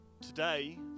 today